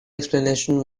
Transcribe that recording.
explanation